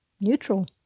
Neutral